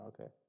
okay